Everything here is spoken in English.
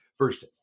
First